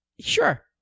Sure